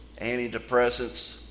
Antidepressants